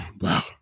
wow